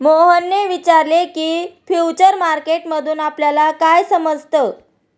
मोहनने विचारले की, फ्युचर मार्केट मधून आपल्याला काय समजतं?